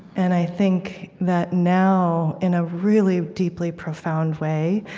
and i think that now, in a really deeply profound way,